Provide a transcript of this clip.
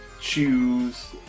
choose